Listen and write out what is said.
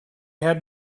had